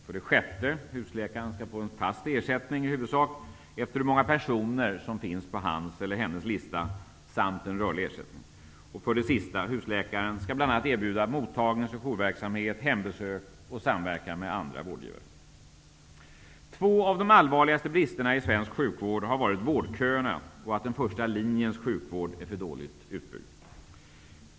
För det sjätte skall husläkaren i huvudsak få en fast ersättning efter hur många personer som finns på hans eller hennes lista samt en rörlig ersättning. För det sjunde skall husläkaren bl.a. erbjuda mottagnings och jourverksamhet och hembesök samt samverka med andra vårdgivare. Två av de allvarligaste bristerna i svensk sjukvård har varit vårdköerna och att den första linjens sjukvård är för dåligt utbyggd.